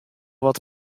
wat